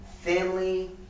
family